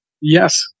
Yes